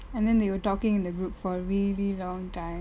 and then they were talking in the group for really long time